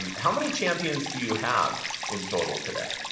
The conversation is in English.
and how many champions do you have in total today?